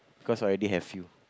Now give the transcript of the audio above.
cause I already have you